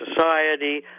society